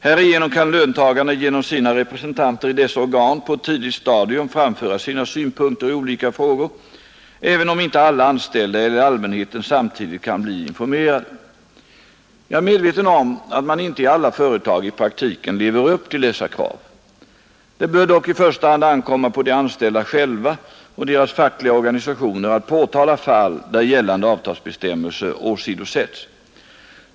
Härigenom kan löntagarna genom sina representanter i dessa organ på ett tidigt stadium framföra sina synpunkter i olika frågor, även om inte alla anställda eller allmänheten samtidigt kan bli informerade. Jag är medveten om att man inte i alla företag i praktiken lever upp till dessa krav. Det bör dock i första hand ankomma på de anställda själva och deras fackliga organisationer att påtala fall där gällande avtalsbestämmelser åsidosätts.